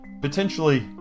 potentially